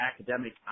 academic